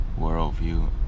worldview